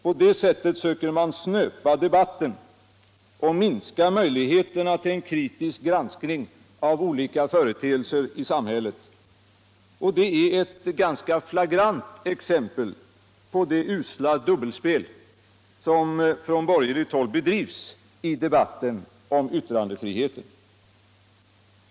På det sättet söker man snöpa debatten och minska möjligheterna till en kritisk granskning av olika företeelser i samhället. Det är ett flagrant exempel på det usla dubbelspel som på borgerligt håll bedrivs i debatten om yttrandefriheten.